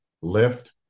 lift